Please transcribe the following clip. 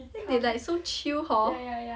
think they like so chill hor